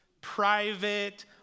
private